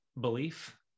belief